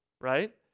right